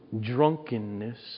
drunkenness